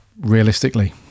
realistically